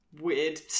weird